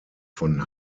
von